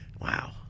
Wow